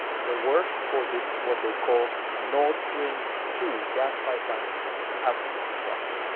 the works for this what they call nord stream two gas pipeline have stopped.